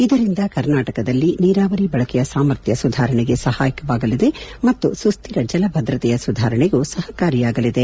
ಇದರಿಂದ ಕರ್ನಾಟಕದಲ್ಲಿ ನೀರಾವರಿ ಬಳಕೆಯ ಸಾಮರ್ಥ್ಯ ಸುಧಾರಣೆಗೆ ಸಹಾಯವಾಗಲಿದೆ ಮತ್ತು ಸುಸ್ಥಿರ ಜಲ ಭದ್ರತೆಯ ಸುಧಾರಣೆಗೂ ಸಹಕಾರಿಯಾಗಲಿದೆ